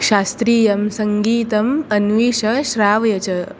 शास्त्रीयं सङ्गीतम् अन्विष श्रावय च